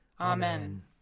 Amen